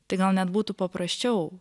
tai gal net būtų paprasčiau